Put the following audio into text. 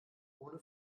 ohne